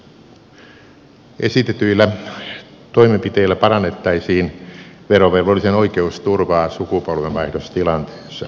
esitetyillä toimenpiteillä parannettaisiin verovelvollisen oikeusturvaa sukupolvenvaihdostilanteissa